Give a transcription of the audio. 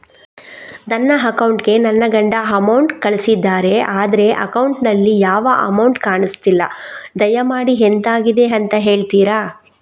ನನ್ನ ಅಕೌಂಟ್ ಗೆ ನನ್ನ ಗಂಡ ಅಮೌಂಟ್ ಕಳ್ಸಿದ್ದಾರೆ ಆದ್ರೆ ಅಕೌಂಟ್ ನಲ್ಲಿ ಯಾವ ಅಮೌಂಟ್ ಕಾಣಿಸ್ತಿಲ್ಲ ದಯಮಾಡಿ ಎಂತಾಗಿದೆ ಅಂತ ಹೇಳ್ತೀರಾ?